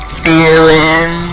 feeling